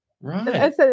Right